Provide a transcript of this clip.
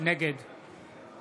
נגד